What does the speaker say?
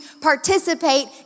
participate